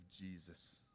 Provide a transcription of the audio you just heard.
Jesus